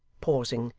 pausing,